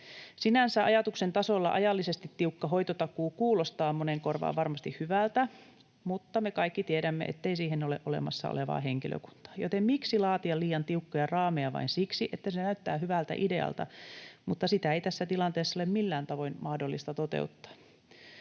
Sinänsä ajatuksen tasolla ajallisesti tiukka hoitotakuu kuulostaa monen korvaan varmasti hyvältä, mutta me kaikki tiedämme, ettei siihen ole olemassa olevaa henkilökuntaa, joten miksi laatia liian tiukkoja raameja vain siksi, että se näyttää hyvältä idealta, jos sitä ei tässä tilanteessa ole millään tavoin mahdollista toteuttaa.